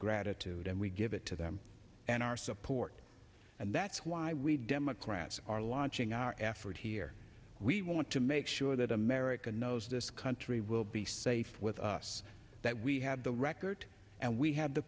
gratitude and we give it to them and our support and that's why we democrats are launching our effort here we want to make sure that america knows this country will be safe with us that we had the record and we have the